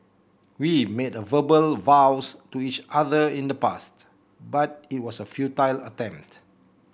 we made verbal vows to each other in the past but it was a futile attempt